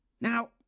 now